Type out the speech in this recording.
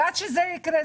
ועד שזה יקרה,